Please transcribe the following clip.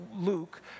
Luke